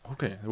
Okay